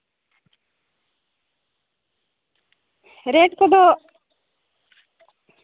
rate ᱠᱚᱫᱚ